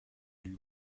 lui